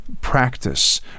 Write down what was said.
practice